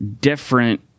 different